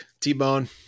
T-Bone